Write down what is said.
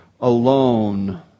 Alone